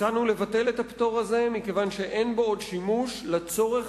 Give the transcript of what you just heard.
הצענו לבטל את הפטור הזה מכיוון שאין בו עוד שימוש לצורך